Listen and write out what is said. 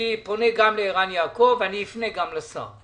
אני פונה גם לערן יעקב, ואפנה גם לשר.